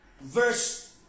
verse